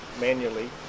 manually